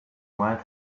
might